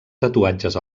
tatuatges